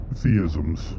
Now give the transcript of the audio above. theisms